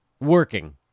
working